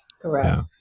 correct